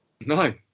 no